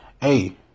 Hey